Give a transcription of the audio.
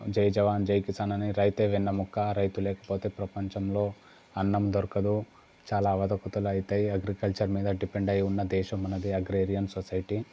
జై జవాన్ జై కిసాన్ అనే రైతే వెన్నెముక రైతు లేకపోతే ప్రపంచంలో అన్నం దొరకదు చాలా అవతకుతలు అయితాయి అగ్రికల్చర్ మీద డిపెండ్ అయి ఉన్న దేశం మనది అగ్రేరియాన్ సొసైటీ